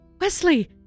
Wesley